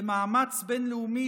במאמץ בין-לאומי,